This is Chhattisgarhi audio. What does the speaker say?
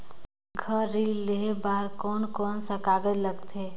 घर ऋण लेहे बार कोन कोन सा कागज लगथे?